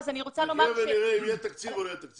נחיה ונראה אם יהיה תקציב או לא יהיה תקציב.